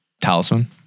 talisman